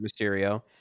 mysterio